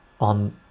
on